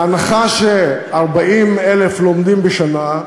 בהנחה ש-40,000 לומדים בשנה,